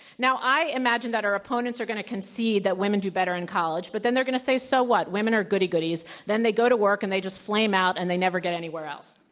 now, i imagine that our opponents are going to concede that women do better in college. but then they're going to say so what? women are goody goodies, then they go to work, and they just flame out, and they never get anywhere else.